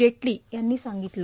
जेटली यांनी सांगितलं